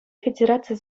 федераци